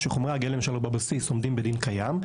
שחומרי הגלם שלו בבסיס עומדים בדין קיים,